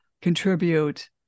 contribute